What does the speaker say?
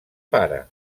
pare